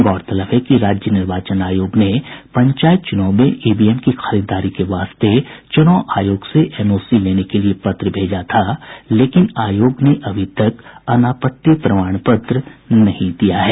गौरतलब है कि राज्य निर्वाचन आयोग ने पंचायत चुनाव के लिए ईवीएम की खरीददारी के वास्ते चुनाव आयोग से अनापत्ति प्रमाण पत्र लेने के लिए पत्र भेजा था लेकिन आयोग ने अभी तक अनापत्ति प्रमाण पत्र नहीं दिया है